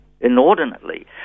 inordinately